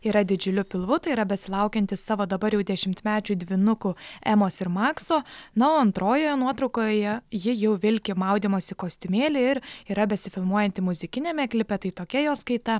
yra didžiuliu pilvu tai yra besilaukianti savo dabar jau dešimtmečių dvynukų emos ir makso na o antrojoje nuotraukoje ji jau vilki maudymosi kostiumėlį ir yra besifilmuojanti muzikiniame klipe tai tokia jos kaita